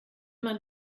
man